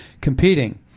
competing